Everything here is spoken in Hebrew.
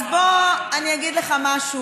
יש חוק, אז בוא, אני אגיד לך משהו.